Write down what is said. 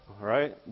right